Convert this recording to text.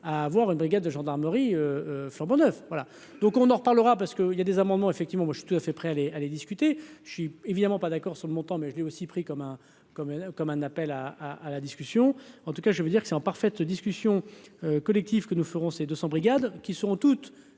à avoir une brigade de gendarmerie flambant neufs, voilà donc on en reparlera parce que il y a des amendements, effectivement, moi je suis tout à fait prêt à allez les discuter, je suis évidemment pas d'accord sur le montant, mais j'ai aussi pris comme un comme elle comme un appel à à la discussion, en tout cas, je veux dire que c'est en parfaite discussion collective que nous ferons, c'est 200 brigades qui seront toutes